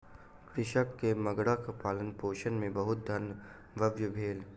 कृषक के मगरक पालनपोषण मे बहुत धन व्यय भेल